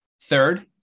Third